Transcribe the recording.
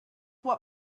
what